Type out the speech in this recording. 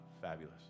fabulous